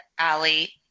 Ali